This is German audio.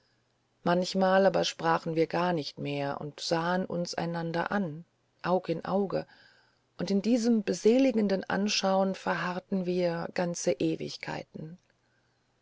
manchmal aber sprachen wir gar nicht mehr und sahen uns einander an aug in auge und in diesem beseligenden anschauen verharrten wir ganze ewigkeiten